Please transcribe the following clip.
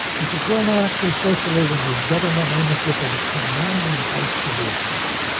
he said, well, no, actually, socialism is government ownership of the commanding heights of the economy,